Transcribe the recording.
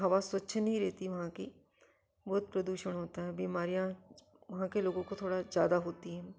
हवा स्वच्छ नहीं रहती वहाँ की बहुत प्रदुषण होता है बीमारियाँ वहाँ के लोगों को थोड़ा ज़्यादा होती हैं